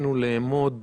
רצינו לאמוד